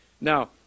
Now